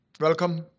welcome